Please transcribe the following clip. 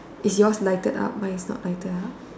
is yours lighted up mine is not lighted up